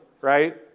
right